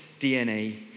DNA